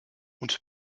und